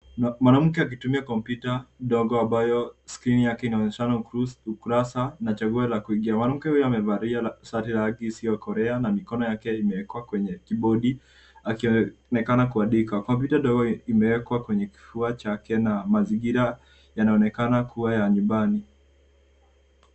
Mwanamke akutumia kompyuta ndogo ambayo skrini yake inaonyeshana ukurasa na chaguo la kuingia. Mwanamke huyo amevalia shati la rangi isiyokolea na mikono yake imewekwa kwenye kibodi akionekana kuandika. Kompyuta ndogo imewekwa kwenye kifua chake na mazingira yanaonekana kuwa ya nyumbani.